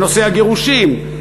בנושא הגירושין,